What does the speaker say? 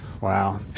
Wow